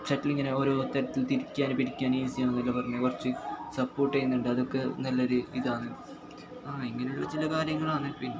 ഷട്ടിലിങ്ങനെ ഓരോ തരത്തിൽ തിരിക്കാനും പിടിക്കാനും ഈസിയാന്നൊക്കെ പറഞ്ഞു കുറച്ച് സപ്പോർട്ട് ചെയ്യുന്നുണ്ട് അതൊക്കെ നല്ലൊരു ഇതാണ് ഇങ്ങനെ ഉള്ള ചില കാര്യങ്ങളാണ് പിന്നെ